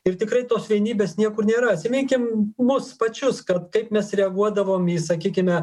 ir tikrai tos vienybės niekur nėra atsiminkim mus pačius kad kaip mes reaguodavom į sakykime